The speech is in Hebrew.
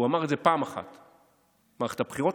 הוא אמר את זה פעם אחת במערכת הבחירות,